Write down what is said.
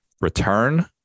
return